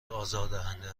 آزاردهنده